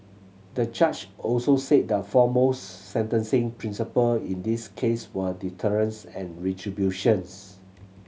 the judge also said the foremost sentencing principle in this case were deterrence and retributions